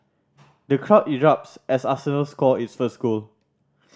the crowd erupts as arsenal score its first goal